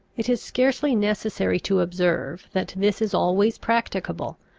it is scarcely necessary to observe that this is always practicable,